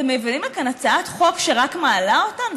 אתם מביאים לכאן הצעת חוק שרק מעלה אותן,